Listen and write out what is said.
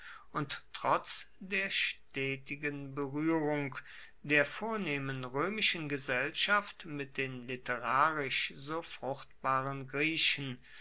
und trotz der stetigen beruehrung der vornehmen roemischen gesellschaft mit den literarisch so fruchtbaren griechen